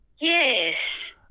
yes